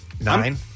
Nine